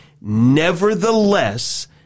Nevertheless